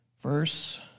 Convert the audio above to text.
Verse